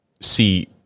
see